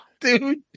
dude